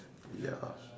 ya